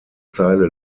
zeile